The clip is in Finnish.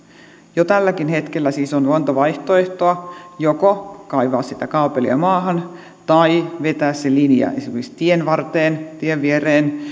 jo tälläkin hetkellä on monta vaihtoehtoa joko kaivaa sitä kaapelia maahan tai vetää se linja esimerkiksi tienvarteen tien viereen